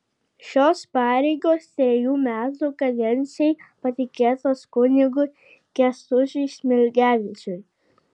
šios pareigos trejų metų kadencijai patikėtos kunigui kęstučiui smilgevičiui